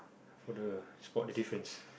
for the spot the difference